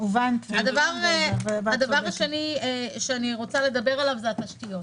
הדבר השני שאני רוצה לדבר עליו זה התשתיות.